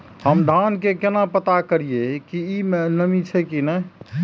हम धान के केना पता करिए की ई में नमी छे की ने?